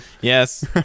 Yes